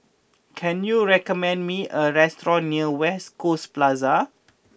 can you recommend me a restaurant near West Coast Plaza